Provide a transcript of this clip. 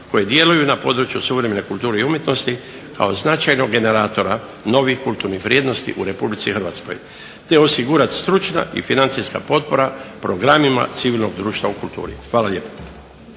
koji djeluju na području suvremene kulture i umjetnosti kao značajnog generatora novih kulturnih vrijednosti u Republici Hrvatskoj, te osigurati stručna i financijska potpora programima civilnog društva u kulturi. Hvala lijepo.